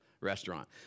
restaurant